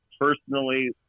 Personally